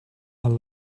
are